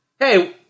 Hey